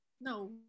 No